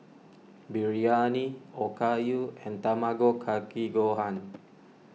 Biryani Okayu and Tamago Kake Gohan